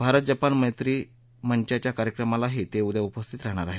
Bharat Japan मैत्री मंचाच्या कार्यक्रमाला ते उद्या उपस्थित राहणार आहेत